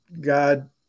God